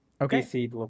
Okay